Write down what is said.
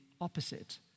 opposite